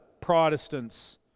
Protestants